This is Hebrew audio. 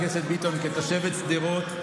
חברת הכנסת ביטון, כתושבת שדרות,